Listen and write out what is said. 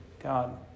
God